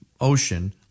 ocean